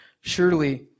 Surely